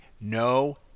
No